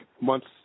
months